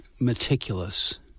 meticulous